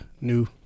new